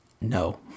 No